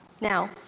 Now